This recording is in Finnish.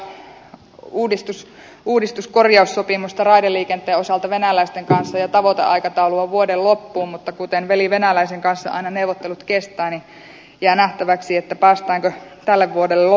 tehdään tällä hetkellä uudistus korjaussopimusta raideliikenteen osalta venäläisten kanssa ja tavoiteaikataulu on vuoden loppuun mutta kun veli venäläisen kanssa aina neuvottelut kestävät niin jää nähtäväksi päästäänkö tänä vuonna lopputulokseen